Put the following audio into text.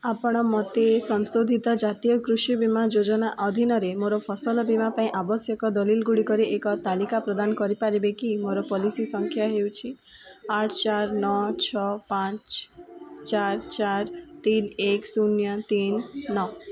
ଆପଣ ମୋତେ ସଂଶୋଧିତ ଜାତୀୟ କୃଷି ବୀମା ଯୋଜନା ଅଧୀନରେ ମୋର ଫସଲ ବୀମା ପାଇଁ ଆବଶ୍ୟକ ଦଲିଲ ଗୁଡ଼ିକର ଏକ ତାଲିକା ପ୍ରଦାନ କରିପାରିବେ କି ମୋର ପଲିସି ସଂଖ୍ୟା ହେଉଛି ଆଠ ଚାରି ନଅ ଛଅ ପାଞ୍ଚ ଚାରି ଚାରି ତିନି ଏକ ଶୂନ ତିନି ନଅ